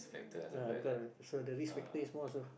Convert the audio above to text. ah because of the so the risk factor is more also